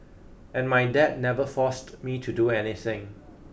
and my dad never forced me to do anything